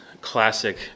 classic